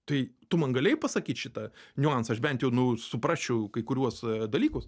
tai tu man galėjai pasakyt šitą niuansą aš bent jau nu suprasčiau kai kuriuos dalykus